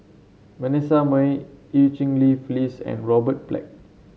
Vanessa Mae Eu Cheng Li Phyllis and Robert Black